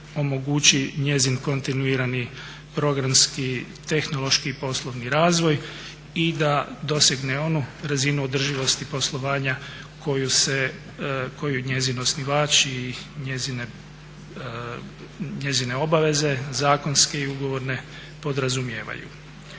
omogući njezin kontinuirani programski tehnološki i poslovni razvoj i da dosegne onu razinu održivosti poslovanja koju njezin osnivač i njezine obaveze zakonske i ugovorne podrazumijevaju.